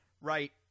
Right